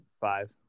Five